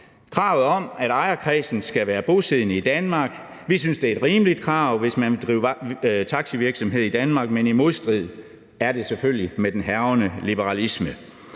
kravet om, at ejerkredsen skal være bosiddende i Danmark. Vi synes, det er et rimeligt krav, hvis man vil drive taxivirksomhed i Danmark, men i modstrid er det selvfølgelig med den hærgende liberalisme,